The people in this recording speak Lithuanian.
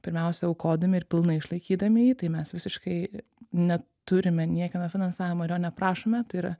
pirmiausia aukodami ir pilnai išlaikydami jį tai mes visiškai neturime niekieno finansavimo ir jo neprašome tai yra